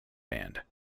band